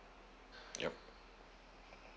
yup